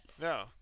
No